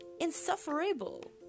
insufferable